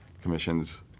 Commission's